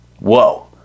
Whoa